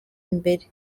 imbere